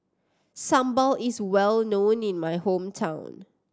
sambal is well known in my hometown